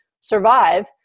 survive